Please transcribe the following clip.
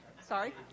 Sorry